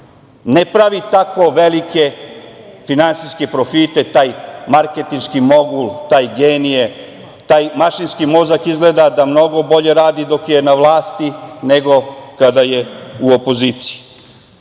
ne pravi tako veliki finansijske profite, taj marketinški modul, taj genije, taj mašinski mozak izgleda da mnogo bolje radi, dok je na vlasti, nego kada je u opoziciji. Tadašnja